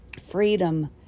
freedom